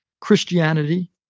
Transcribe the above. Christianity